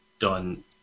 done